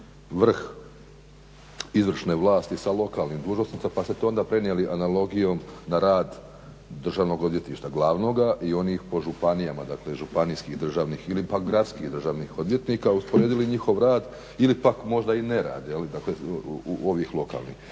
vrh izvršne vlasti sa lokalnim dužnosnicima pa ste to onda prenijeli analogijom na rad Državnog odvjetništva glavnoga i onih po županijama, dakle županijskih državnih ili pak gradskih državnih odvjetnika, usporedili njihov rad ili pak možda i nerad, dakle ovih lokalnih.